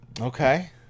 Okay